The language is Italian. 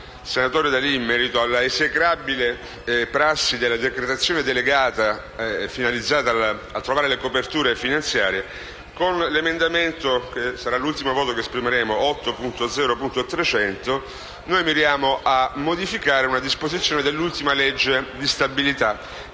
senatore D'Alì in merito all'esecrabile prassi della decretazione delegata finalizzata a trovare le coperture finanziarie, con l'emendamento 8.0.300 - sarà l'ultimo voto che esprimeremo - miriamo a modificare una disposizione dell'ultima legge di stabilità